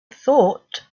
thought